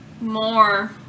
more